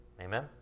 Amen